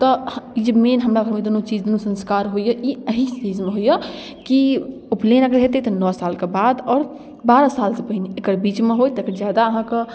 तऽ हऽ ई जे मेन हमरा घरमे ई दुनू चीज दुनू संस्कार होइए ई अहि एजमे होइए कि उपनयन अगर हेतै तऽ नओ सालके बाद आओर बारह सालसँ पहिने एकर बीचमे होइ तकर जादा अहाँके